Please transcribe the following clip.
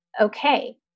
Okay